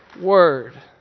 word